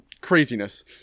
craziness